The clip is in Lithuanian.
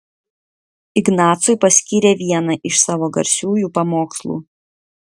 ignacui paskyrė vieną iš savo garsiųjų pamokslų